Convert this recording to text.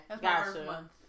Gotcha